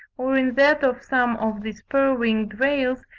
or in that of some of the spur-winged rails,